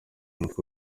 umutwe